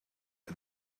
and